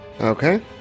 okay